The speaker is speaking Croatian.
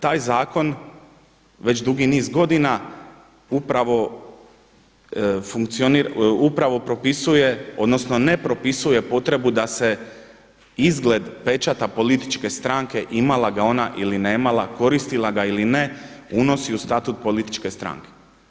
Taj zakon već dugi niz godina upravo propisuje, odnosno ne propisuje potrebu da se izgled pečata političke stranke imala ga ona ili nemala koristila ga ili ne unosi u statut političke stranke.